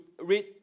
read